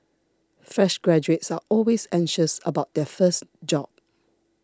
fresh graduates are always anxious about their first job